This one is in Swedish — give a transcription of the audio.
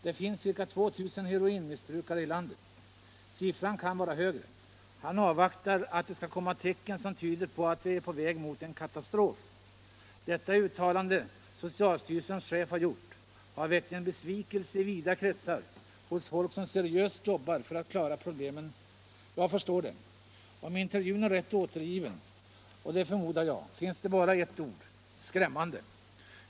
Det finns ca 2 000 heroinmissbrukare i landet. Siffran kan vara högre. Han avvaktar att det skall komma tecken som tyder på att vi är på väg mot en katastrof. Detta uttalande som socialstyrelsens chef gjort har väckt besvikelse i vida kretsar hos folk som seriöst jobbar för att klara problemen. Jag förstår dem. Om intervjun är rätt återgiven — och det förmodar jag — finns det bara ett ord: skrämmande.